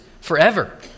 forever